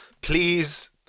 please